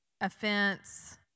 Offense